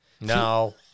no